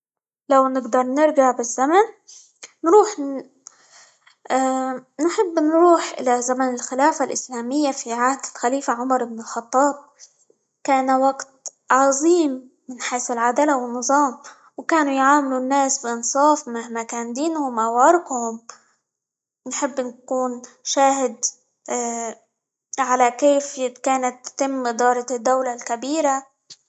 لو نقدر نرجع بالزمن -نروح- نحب نروح إلى زمن الخلافة الإسلامية في عهد الخليفة عمر بن الخطاب، كان وقت عظيم من حيث العدالة، والنظام، وكانوا يعاملوا الناس بإنصاف مهما كان دينهم، أو عرقهم، نحب نكون شاهد على -كيف- كيفية كانت تتم إدارة الدولة الكبيرة.